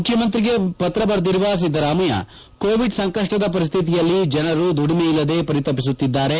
ಮುಖ್ಯಮಂತ್ರಿಗೆ ಪತ್ರ ಬರೆದಿರುವ ಸಿದ್ದರಾಮಯ್ಯ ಕೋವಿಡ್ ಸಂಕಷ್ಟದ ಪರಿಸ್ಥಿತಿಯಲ್ಲಿ ಜನರು ದುಡಿಮೆಯಿಲ್ಲದೆ ಪರಿತಪಿಸುತ್ತಿದ್ದಾರೆ